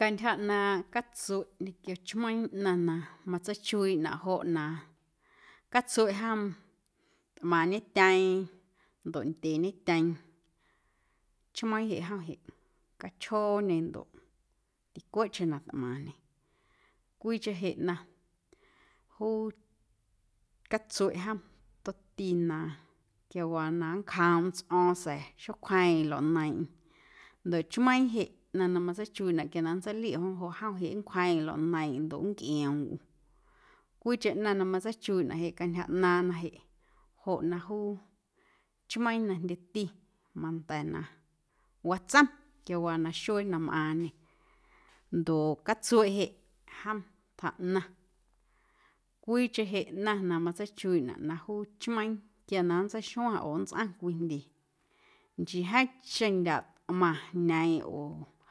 Cantyja ꞌnaaⁿꞌ catsueꞌ ñequio chmeiiⁿ ꞌnaⁿ na matseichuiiꞌnaꞌ joꞌ na catsueꞌ jom tꞌmaaⁿñetyeeⁿ ndoꞌ ndyeeñetyeeⁿ chmeiiⁿ jeꞌ jom jeꞌ cachjooñe ndoꞌ ticueeꞌcheⁿ na tꞌmaaⁿñe cwiicheⁿ na juu catsueꞌ jom tomti na quiawaa na nncjoomꞌm tsꞌo̱o̱ⁿ sa̱a̱ xocwjeeⁿꞌeⁿ luaꞌneiiⁿꞌeiⁿ ndoꞌ chmeiiⁿ jeꞌ ꞌnaⁿ na matsichuiiꞌnaꞌ quia na nntseilioꞌ jom joꞌ jom nncwjeeⁿꞌeⁿ luaꞌneiiⁿꞌeiⁿ ndoꞌ nncꞌioom ꞌu cwiicheⁿ ꞌnaⁿ na matseichuiiꞌnaꞌ jeꞌ cantyja ꞌnaaⁿna jeꞌ joꞌ na juu chmeiiⁿ na jndyeti manda̱ na watsom quiawaa naxuee na mꞌaaⁿñe ndoꞌ catsueꞌ jeꞌ jom tjaꞌnaⁿ cwiicheⁿ jeꞌ ꞌnaⁿ na matseichuiiꞌnaꞌ na juu chmeiiⁿ quia na nntseixueⁿ oo nntsꞌaⁿ cwii ndye nchii jeeⁿcheⁿ ndyaꞌ tꞌmaⁿ jneeⁿꞌeⁿ oo